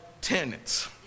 tenants